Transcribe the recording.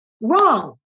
Wrong